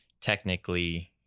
technically